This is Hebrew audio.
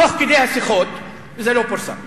תוך כדי השיחות, זה לא פורסם,